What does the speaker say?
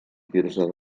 quirze